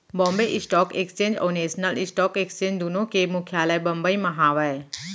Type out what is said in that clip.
Bombay stock exchange और national stock exchange दुनो के मुख्यालय बंबई म हावय